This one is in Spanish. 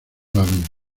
raven